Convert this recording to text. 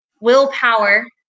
willpower